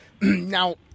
Now